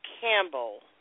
Campbell